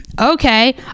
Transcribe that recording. Okay